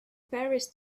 paris